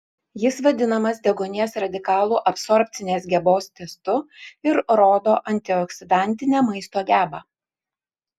jis vadinamas deguonies radikalų absorbcinės gebos testu ir rodo antioksidantinę maisto gebą